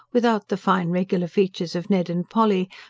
without the fine, regular features of ned and polly,